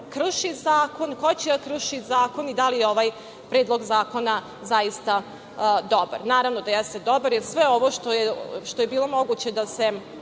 krši zakon, ko će da krši zakon i da li je ovaj predlog zakona zaista dobar? Naravno da jeste dobar, jer sve ovo što je bilo moguće da se